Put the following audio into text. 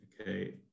Okay